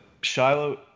Shiloh